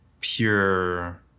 pure